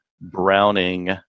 Browning